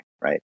right